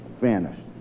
vanished